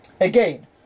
Again